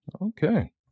Okay